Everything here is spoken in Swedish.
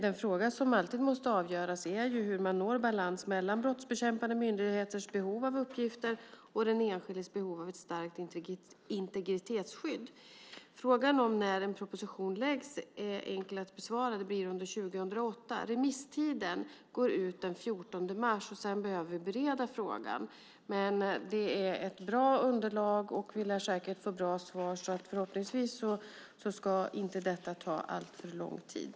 Den fråga som alltid måste avgöras är ju hur man når balans mellan brottsbekämpande myndigheters behov av uppgifter och den enskildes behov av ett starkt integritetsskydd. Frågan om när en proposition läggs fram är enkel att besvara. Det blir under 2008. Remisstiden går ut den 14 mars. Sedan behöver vi bereda frågan. Men det är ett bra underlag, och vi lär säkert få bra svar, så förhoppningsvis ska detta inte ta alltför lång tid.